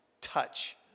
touch